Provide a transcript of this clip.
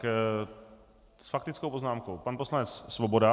S faktickou poznámkou pan poslanec Svoboda.